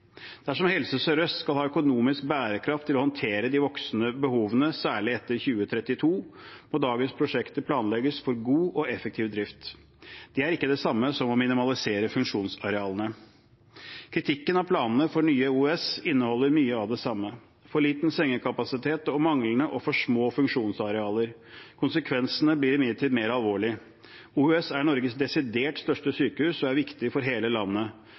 Dersom Helse Sør-Øst skal ha økonomisk bærekraft til å håndtere de voksende behovene, særlig etter 2032, må dagens prosjekter planlegges for god og effektiv drift. Det er ikke det samme som å minimalisere funksjonsarealene. Kritikken av planene for Nye OUS inneholder mye av det samme – for liten sengekapasitet og manglende og for små funksjonsarealer. Konsekvensene blir imidlertid mer alvorlige. OUS er Norges desidert største sykehus og er viktig for hele landet.